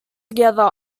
together